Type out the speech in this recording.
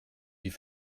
die